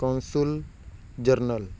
council general